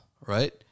right